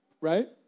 Right